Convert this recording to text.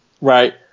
right